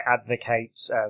advocates